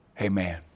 Amen